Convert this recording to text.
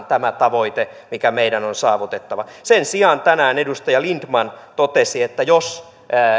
tämä tavoite mikä meidän on saavutettava sen sijaan edustaja lindtman totesi että jos